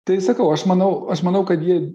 tai sakau aš manau aš manau kad jie